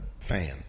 fan